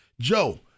Joe –